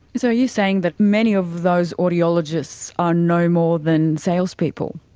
so are you saying that many of those audiologists are no more than salespeople?